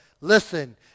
listen